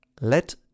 let